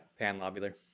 panlobular